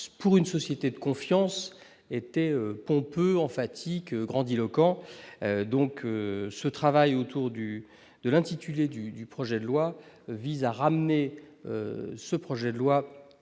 pour une société de confiance était pompeux emphatique, grandiloquent donc ce travail autour du de l'intitulé du du projet de loi vise à ramener ce projet de loi